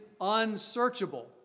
unsearchable